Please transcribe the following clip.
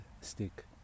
stick